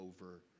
over